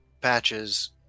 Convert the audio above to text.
patches